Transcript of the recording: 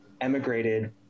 emigrated